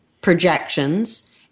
projections